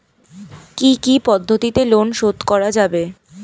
কি কি পদ্ধতিতে লোন শোধ করা যাবে?